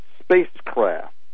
spacecraft